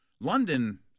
London